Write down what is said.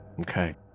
Okay